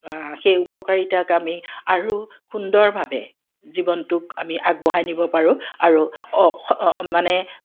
সেই উপকাৰিতাক আমি আৰু সুন্দৰভাৱে জীৱনটোক আমি আগবঢ়াই নিব পাৰোঁ আৰু মানে অ